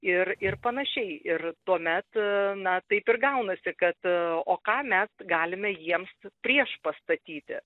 ir ir panašiai ir tuomet na taip ir gaunasi kad o ką mes galime jiems priešpastatyti